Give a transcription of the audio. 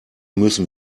müssen